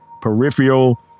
Peripheral